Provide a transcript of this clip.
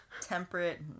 temperate